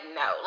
no